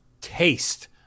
taste